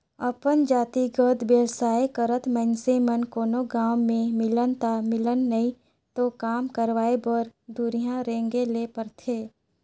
अपन जातिगत बेवसाय करत मइनसे मन कोनो गाँव में मिलिन ता मिलिन नई तो काम करवाय बर दुरिहां रेंगें ले परथे